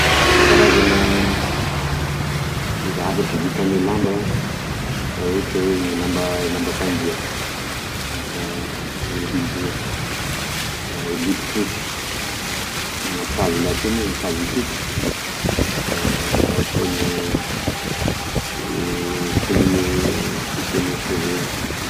Karazana zavatra vita ame lamba zany da ohatry oe lamba- lambampandria, e rideau, e bodofotsy, akanzo lateo moa akanzo siky, da ao koa gne fonogne coussin gne seza io.